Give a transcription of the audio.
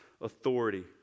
authority